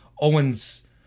Owen's